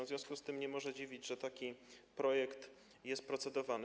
W związku z tym nie może dziwić, że taki projekt jest procedowany.